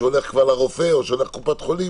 כשהולך כבר לרופא או שהולך לקופת חולים,